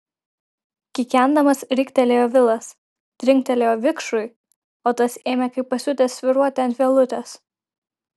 kikendamas riktelėjo vilas trinktelėjo vikšrui o tas ėmė kaip pasiutęs svyruoti ant vielutės